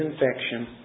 infection